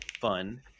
fun